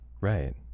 Right